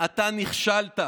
אתה נכשלת.